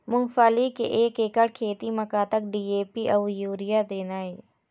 मूंगफली के एक एकड़ खेती म कतक डी.ए.पी अउ यूरिया देना ये?